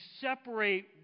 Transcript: separate